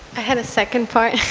i had a second part